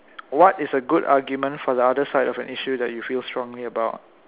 what is a good argument for the other side of an issue that you feel strongly about